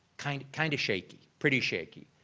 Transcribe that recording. kind kind of shaky, pretty shaky.